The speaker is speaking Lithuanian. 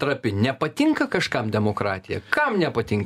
trapi nepatinka kažkam demokratija kam nepatin